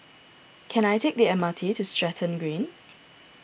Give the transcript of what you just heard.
can I take the M R T to Stratton Green